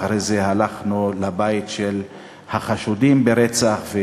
ואחרי זה הלכנו לבית של החשודים ברצח,